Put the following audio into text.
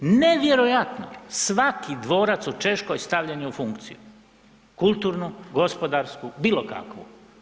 Nevjerojatno, svaki dvorac u Češkoj stavljen je u funkciju, kulturnu, gospodarsku bilo kakvu.